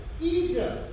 Egypt